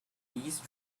these